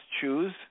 choose